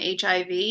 HIV